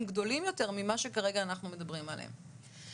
גדולים יותר ממה שכרגע אנחנו מדברים עליהם.